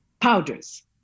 powders